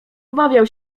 obawiał